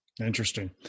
Interesting